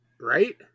right